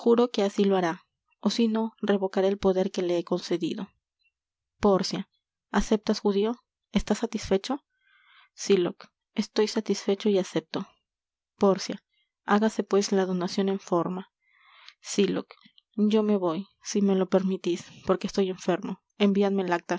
que así lo hará ó si no revocaré el poder que le he concedido pórcia aceptas judío estás satisfecho sylock estoy satisfecho y acepto pórcia hágase pues la donacion en forma sylock yo me voy si me lo permitis porque estoy enfermo enviadme